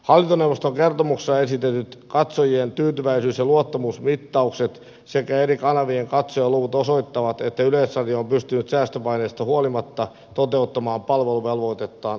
hallintoneuvoston kertomuksessa esitetyt katsojien tyytyväisyys ja luottamusmittaukset sekä eri kanavien katsojaluvut osoittavat että yleisradio on pystynyt säästöpaineista huolimatta toteuttamaan palveluvelvoitettaan tuloksekkaasti